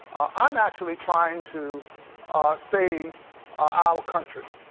i'm actually trying to save our country.